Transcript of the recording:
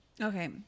Okay